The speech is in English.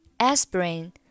Aspirin